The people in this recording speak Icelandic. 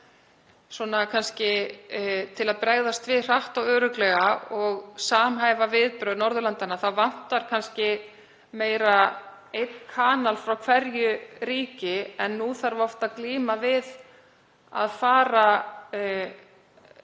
og þangað. Til að bregðast við hratt og örugglega og samhæfa viðbrögð Norðurlandanna þá vantar kannski meira einn kanal frá hverju ríki. Nú þarf oft að glíma við það að